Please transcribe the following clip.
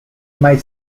mai